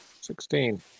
Sixteen